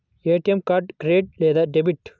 ATM card credit లేదా debit?